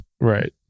right